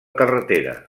carretera